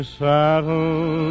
saddle